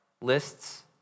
lists